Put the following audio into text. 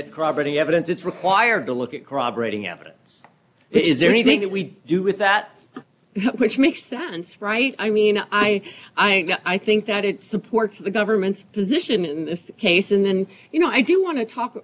corroborating evidence it's required to look at corroborating evidence is there anything that we do with that which makes sense right i mean i i i think that it supports the government's position in this case and then you know i do want to talk